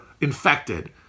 infected